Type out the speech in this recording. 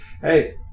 Hey